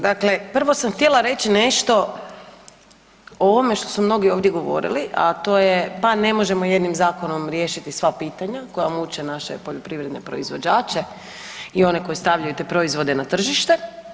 Dakle, prvo sam htjela reći nešto o ovome što su mnogi ovdje govorili, a to je pa ne možemo jednim zakonom riješiti sva pitanja koja muče naše poljoprivredne proizvođače i one koji stavljaju te proizvode na tržište.